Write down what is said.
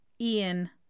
Ian